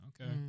Okay